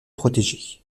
protégée